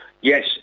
Yes